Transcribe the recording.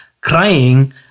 crying